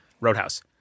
Roadhouse